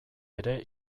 ere